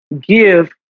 give